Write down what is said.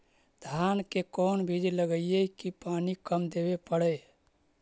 धान के कोन बिज लगईऐ कि पानी कम देवे पड़े?